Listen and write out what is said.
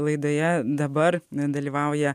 laidoje dabar dalyvauja